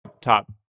top